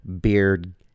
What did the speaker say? beard